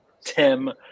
Tim